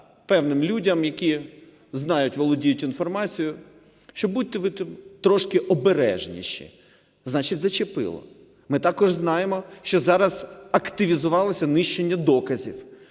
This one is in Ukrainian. певним людям, які знають, володіють інформацію, що будьте ви трошки обережніші. Значить, зачепило. Ми також знаємо, що зараз активізувалося нищення доказів,